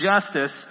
justice